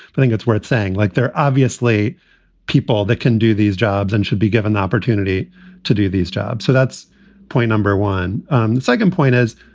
i think it's worth saying, like, there are obviously people that can do these jobs and should be given the opportunity to do these job. so that's point number one um the second point is